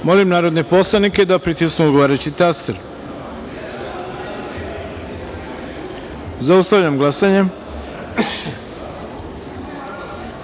narodne poslanike da pritisnu odgovarajući taster. Zaustavljam glasanje: